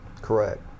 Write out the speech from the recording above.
Correct